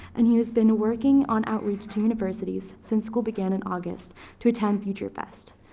and he has been working on outreach to universities since school began in august to attend future fest.